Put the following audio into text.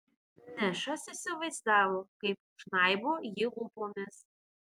nešas įsivaizdavo kaip žnaibo jį lūpomis